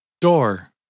Door